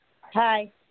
Hi